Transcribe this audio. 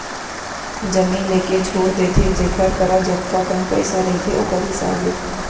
जमीन लेके छोड़ देथे जेखर करा जतका कन पइसा रहिथे ओखर हिसाब ले